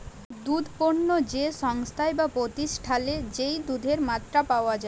দুধ পণ্য যে সংস্থায় বা প্রতিষ্ঠালে যেই দুধের মাত্রা পাওয়া যাই